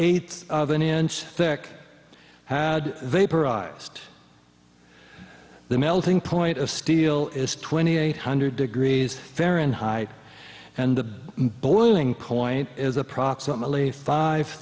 eighths of an inch thick had they just the melting point of steel is twenty eight hundred degrees fahrenheit and the boiling point is approximately five